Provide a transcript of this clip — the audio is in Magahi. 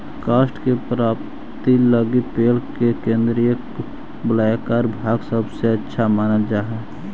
काष्ठ के प्राप्ति लगी पेड़ के केन्द्रीय वलयाकार भाग सबसे अच्छा मानल जा हई